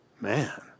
Man